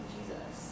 Jesus